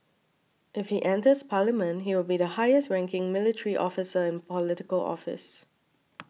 if he enters parliament he will be the highest ranking military officer in Political Office